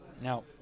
Now